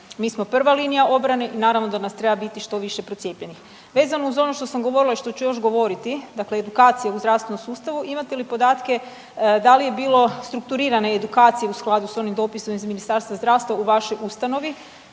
Mi smo prva linija obrane i naravno da nas treba biti što više procijepljenih. Vezano uz ono što sam govorila i što ću još govoriti dakle edukacija u zdravstvenom sustavu, imate li podatke da li je bilo strukturirane edukacije u skladu s onim dopisom iz Ministarstva zdravstva u vašoj ustanovi?